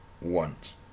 want